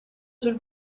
sul